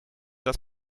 das